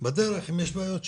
בדרך אם יהיו בעיות,